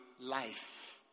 life